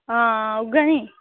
आं उ'ऐ निं